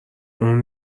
اون